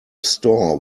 store